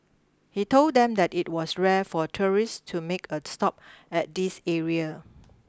he told them that it was rare for tourist to make a stop at this area